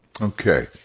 Okay